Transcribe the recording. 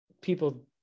people